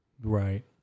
Right